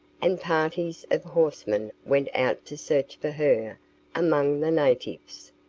and parties of horsemen went out to search for her among the natives,